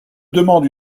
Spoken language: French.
demande